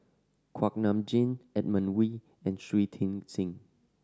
Kuak Nam Jin Edmund Wee and Shui Tit Sing